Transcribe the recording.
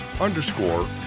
underscore